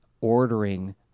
ordering